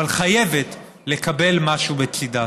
אבל חייבת, לקבל משהו בצידה.